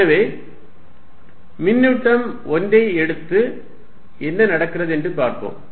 எனவே மின்னூட்டம் 1 ஐ எடுத்து என்ன நடக்கிறது என்று பார்ப்போம்